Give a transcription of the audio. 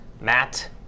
Matt